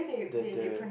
the the